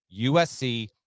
USC